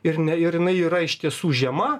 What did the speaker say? ir ne ir jinai yra iš tiesų žema